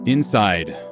Inside